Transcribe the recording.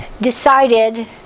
decided